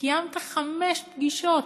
קיימת חמש פגישות